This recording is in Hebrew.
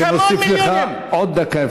אני מוסיף לך עוד דקה.